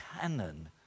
canon